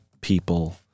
people